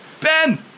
Ben